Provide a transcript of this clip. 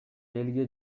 элге